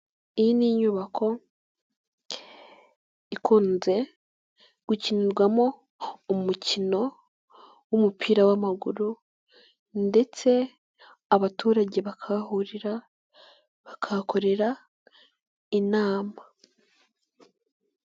Iyi ni inyubako ikunze gukinirwamo umukino w'umupira w'amaguru ndetse abaturage bakahahurira bakakorera inama.